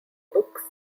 books